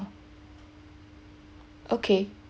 okay